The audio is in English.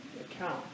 account